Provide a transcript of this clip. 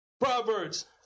proverbs